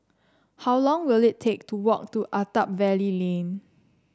how long will it take to walk to Attap Valley Lane